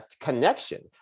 connection